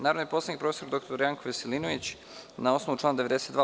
Narodni poslanik prof. dr Janko Veselinović, na osnovu člana 92.